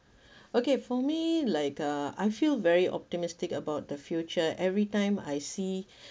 okay for me like uh I feel very optimistic about the future everytime I see